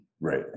Right